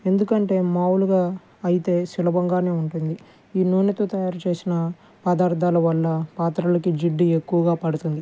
ఎందుకంటే మామూలుగా అయితే సులభంగానే ఉంటుంది ఈ నూనెతో తయారుచేసిన పదార్థాల వల్ల పాత్రలకి జిడ్డు ఎక్కువగా పడుతుంది